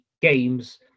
games